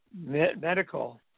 medical